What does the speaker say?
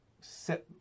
set